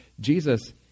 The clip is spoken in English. Jesus